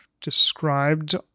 described